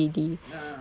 ah ah